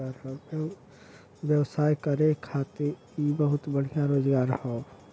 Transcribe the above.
व्यवसाय करे खातिर इ बहुते बढ़िया रोजगार हौ